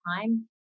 time